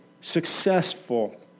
successful